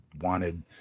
wanted